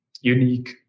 unique